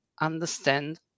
understand